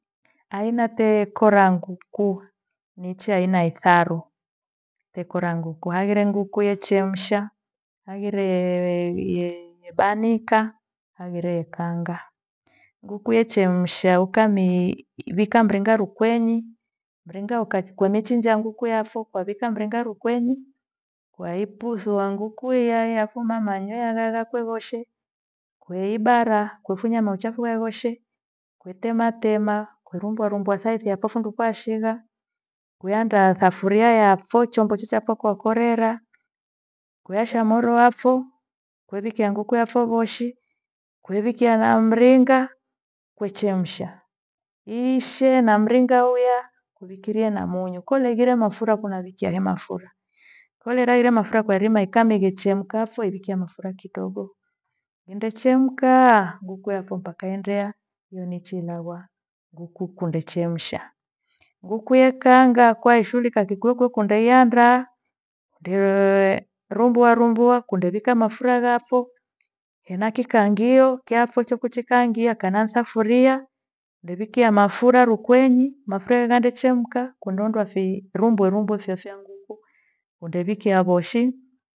Aina tekora nguku nichi aina etharu hekora nguku. Haghire nguka yehemsha, haghire yebanika, haghire yekaanga. Nguku ya yachemsha ikami- ivika mringo rukwenyi. mringa uka kwemichinja nguku yapho kawika mringa rukwenyi waiputhua nguku iya iya kumamanywea yaghakwe voshe. Kweibara kwefunya mauchafu waivoshe kutema tema, kurumbuo rumbuo thaithi yako fundu kwashigha, iandaa safuria yafo chombo chochafo kokorera. Kwiasha moro wafo kwewikia nguku yako voshi, kwewikia na mringa kwechemsha, iishe na mringa uya urikilie na munyu. Koleghirie mafura nunavikia hemafura kweghera ira mafura kwairima ikamikechemkapho kwewikia mafuta kidogo. Indechemkaa, ghuku yako mpaka yandea kunichilaghwa nguku kundechemsha. Nguku yekaangwa kwaishuhulika kikukwio kwio kundeiandaa, ndee- rumbua rumbua kundewika mafura ghafo hena kikaangio kyafo wechikukikaangia kana ni safiria newikia mafura rukwenyi mafura yangande chemka kundwe ondoa firumbe rumbwe fya- fya nguku hundevikea voshi.